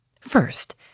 First